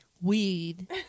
weed